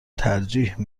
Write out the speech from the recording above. ترجیح